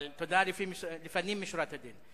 תודה לפנים משורת הדין.